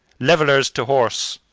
levelers, to horse!